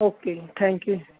okay thank you